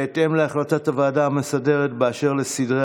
בהתאם להחלטת הוועדה המסדרת באשר לסדרי